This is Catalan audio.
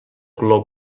color